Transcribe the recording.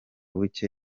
bucye